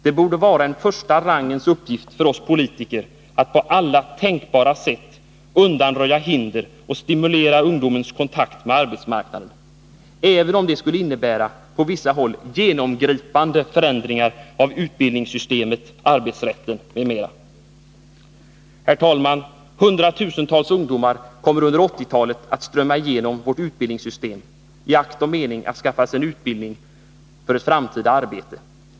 Det borde vara en första rangens uppgift för oss politiker att på alla tänkbara sätt undanröja hinder och stimulera ungdomens kontakt med arbetsmarknaden — även om det på vissa håll skulle innebära genomgripande förändringar av utbildningssystemet, arbetsrätt m.m. Herr talman! Hundratusentals ungdomar kommer under 1980-talet att strömma igenom vårt utbildningssystem i akt och mening att skaffa sig en utbildning för ett framtida arbete.